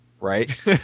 right